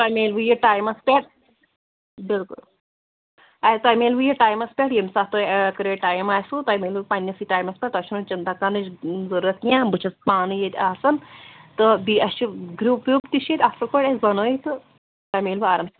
تۄہہِ میلوٕ یہَِ ٹایمس پٮ۪ٹھ بلکُل تۄہہِ میلوٕ یہِ ٹایمس پٮ۪ٹھ ییٚمہِ ساتہٕ تۄہہِ ایکوٗریٹ ٹیم آسوٕ تۄہہِ مٮ۪لوٕ پنٕنِسٕے ٹایمس پٮ۪ٹھ تۄہہِ چھُنہٕ چنتا کَرنٕچ ضروٗرت کیٚنٛہہ بہٕ چھَس پانہٕ ییٚتہِ آسان تہٕ بیٚیہِ اَسہِ چھُ گرٛوپ وِیُپ تہِ چھِ ییٚتہِ اَصٕل پٲٹھۍ اَسہِ بَنٲوِتھ تہٕ تۄہہِ مٮ۪لوٕ آرام سان